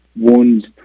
wounds